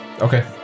Okay